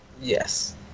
yes